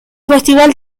festival